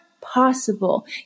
possible